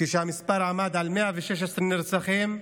כשהמספר עמד על 116 נרצחים,